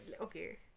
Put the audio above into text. okay